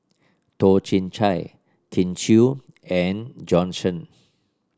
Toh Chin Chye Kin Chui and Bjorn Shen